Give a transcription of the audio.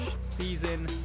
season